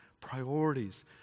priorities